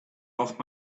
off